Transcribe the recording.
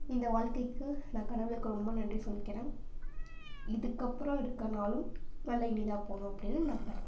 இந்த வாழ்க்கைக்கு நான் கடவுளுக்கு ரொம்ப நன்றி சொல்லிக்கிறேன் இதுக்கப்புறம் இருக்க நாளும் நல்ல இனிதாக போகணும் அப்படின்னு நம்புறேன்